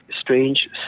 strange